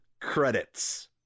credits